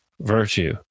virtue